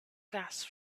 gas